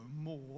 more